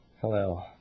Hello